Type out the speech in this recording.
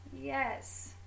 yes